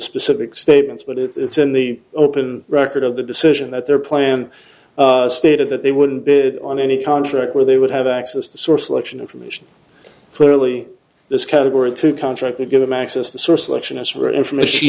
specific statements but it's in the open record of the decision that their plan stated that they wouldn't bid on any contract where they would have access to source election information clearly this category two contract would give them access the source election as were information